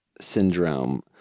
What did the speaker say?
syndrome